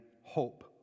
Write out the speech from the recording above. hope